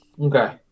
Okay